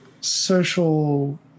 social